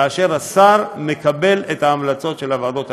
והשר מקבל את ההמלצות שלהן.